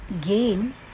gain